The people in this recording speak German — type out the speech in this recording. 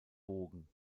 bogen